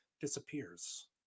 disappears